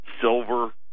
silver